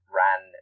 ran